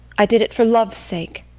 i did it for love's sake.